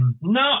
No